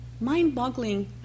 mind-boggling